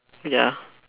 ya